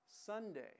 Sunday